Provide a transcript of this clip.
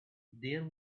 there